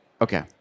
Okay